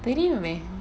தெரியுமே:theriyumae